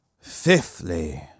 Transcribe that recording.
Fifthly